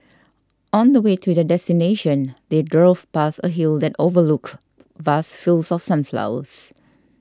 on the way to their destination they grove past a hill that overlooked vast fields of sunflowers